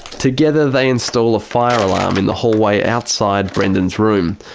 together they install a fire alarm in the hallway outside brendan's room.